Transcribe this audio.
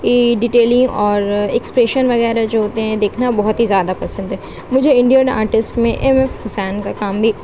کی ڈیٹیلنگ اور ایکسپریشن وغیرہ جو ہوتے ہیں دیکھنا بہت ہی زیادہ پسند ہے مجھے انڈین آرٹسٹ میں ایم ایف حسین کا کام بھی